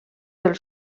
del